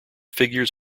figures